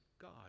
God